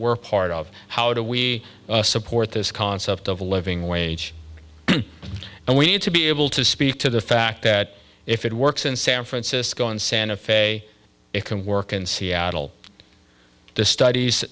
were part of how do we support this concept of a living wage and we need to be able to speak to the fact that if it works in san francisco in santa fe it can work in seattle the stud